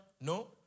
no